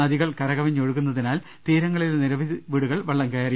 നദികൾ കരകവിഞ്ഞൊഴുകുന്ന തിനാൽ തീരങ്ങളിലെ നിരവധി വീടുകളിൽ വെള്ളംകയറി